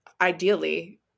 ideally